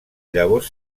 llavors